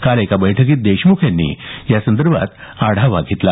काल एका बैठकीत देशमुख यांनी या संदर्भात आढावा घेतला